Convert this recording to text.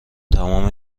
تمام